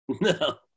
No